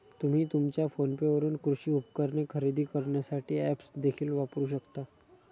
तुम्ही तुमच्या फोनवरून कृषी उपकरणे खरेदी करण्यासाठी ऐप्स देखील वापरू शकता